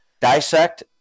dissect